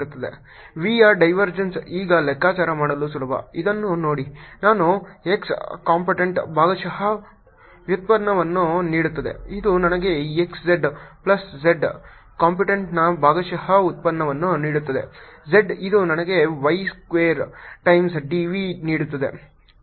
v ಯ divergence ಈಗ ಲೆಕ್ಕಾಚಾರ ಮಾಡುವುದು ಸುಲಭ ಇದನ್ನು ನೋಡಿ ನಾನು x ಕಂಪೋನೆಂಟ್ ಭಾಗಶಃ ವ್ಯುತ್ಪನ್ನವನ್ನು ತೆಗೆದುಕೊಳ್ಳುತ್ತೇನೆ ಇದು ನನಗೆ 2 x ಪ್ಲಸ್ y ಕಂಪೋನೆಂಟ್ನ ಭಾಗಶಃ ವ್ಯುತ್ಪನ್ನವನ್ನು ನೀಡುತ್ತದೆ ಇದು ನನಗೆ xz ಪ್ಲಸ್ z ಕಂಪೋನೆಂಟ್ನ ಭಾಗಶಃ ಉತ್ಪನ್ನವನ್ನು ನೀಡುತ್ತದೆ z ಇದು ನನಗೆ y square times d v ನೀಡುತ್ತದೆ